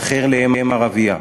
ואחר לאם ערבייה.